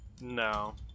No